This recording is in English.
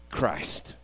Christ